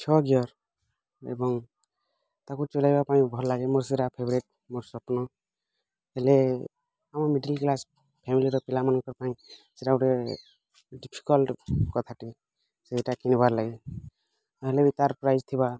ଛଅ ଗିୟର୍ ଏବଂ ତାକୁ ଚଲାଇବା ପାଇଁ ଭଲ ଲାଗେ ମୋର ସେଇଟା ଫେବରାଇଟ୍ ମୋ ସ୍ୱପ୍ନ ହେଲେ ଆମ ମିଡ଼ିଲ୍ କ୍ଲାସ୍ ଫ୍ୟାମିଲିର ପିଲାମାନଙ୍କ ପାଇଁ ସେଇଟା ଗୋଟେ ଡିଫିକଲ୍ଟ କଥାଟିଏ ସେଇଟା କିଣବାର୍ ଲାଗି ବେଲେ ତା'ର ପ୍ରାଇସ୍ ଥିବା